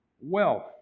wealth